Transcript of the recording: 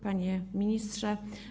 Panie Ministrze!